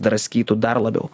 draskytų dar labiau